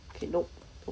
K note